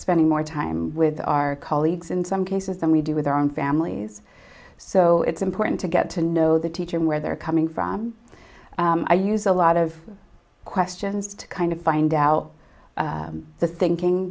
spending more time with our colleagues in some cases than we do with our own families so it's important to get to know the teacher and where they're coming from i use a lot of questions to kind of find out the thinking